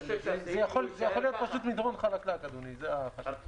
יכול להיות מדרון חלקלק, אדוני, זה הפחד שלנו.